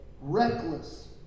reckless